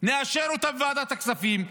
נאשר אותה בוועדת הכספים,